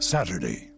Saturday